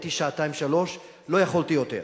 הייתי שעתיים-שלוש, לא יכולתי יותר.